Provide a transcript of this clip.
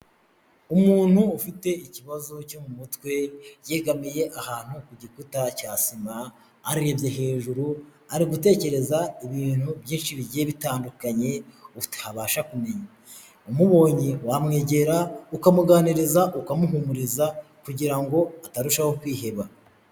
Umuntu ufite ikibazo cyo mu mutwe, yegamiye ahantu ku gikuta cya sima, arebye hejuru, ari gutekereza ibintu byinshi bigiye bitandukanye, utabasha kumenya, umubonye wamwegera, ukamuganiriza, ukamuhumuriza, kugira ngo atarushaho kwiheba.